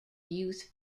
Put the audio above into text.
youth